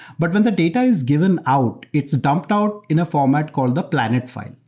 but when the data is given out, it's dumped out in a format called the planet file.